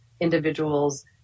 individuals